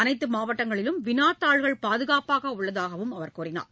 அனைத்து மாவட்டங்களிலும் வினாத்தாள்கள் பாதுகாப்பாக உள்ளதாக அவர் கூறினார்